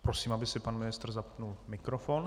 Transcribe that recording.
Prosím, aby si pan ministr zapnul mikrofon.